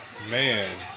Man